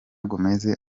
gomez